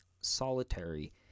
solitary